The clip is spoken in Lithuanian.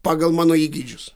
pagal mano įgeidžius